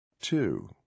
Two